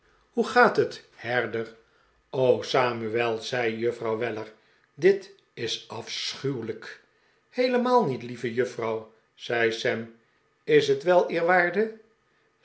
hoe gaat het herder samuel zei juffrouw weller dit is afschuwelijk heelemaal niet lieve juffrouw zei sam is het wel eerwaarde